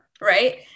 right